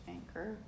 Anchor